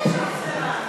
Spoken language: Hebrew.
אז מה?